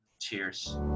Cheers